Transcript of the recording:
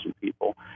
people